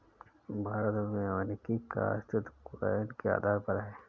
भारत में वानिकी का अस्तित्व वैन के आधार पर है